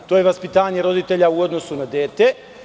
To je vaspitanje roditelja u odnosu na dete.